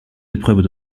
épreuves